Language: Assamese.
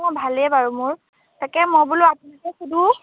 অঁ ভালেই বাৰু মোৰ তাকে মই বোলো আপোনালোকে সোধোঁ